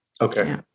Okay